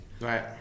right